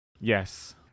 Yes